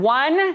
one